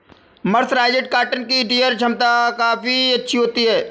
mercerised cotton की tear छमता काफी अच्छी होती है